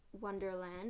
wonderland